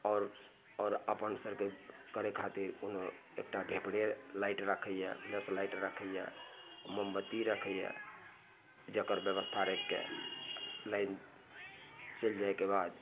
आओर आओर अपन सबके करे खातिर कोनो एकटा भेपरे लाइट रखैए फ्लेश लाइट रखैए मोमबत्ती रखैए जेकर बेबस्था राखिके लाइन चलि जाइके बाद